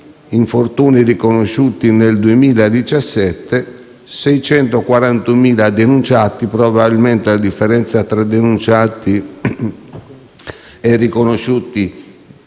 infortuni riconosciuti nel 2017 e ai circa 640.000 denunciati; probabilmente, nella differenza tra denunciati e riconosciuti